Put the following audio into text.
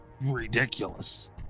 ridiculous